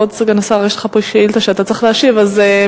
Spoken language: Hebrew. יש לך פה שאילתא שאתה צריך להשיב עליה.